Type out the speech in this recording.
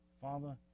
Father